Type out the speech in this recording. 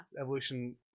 Evolution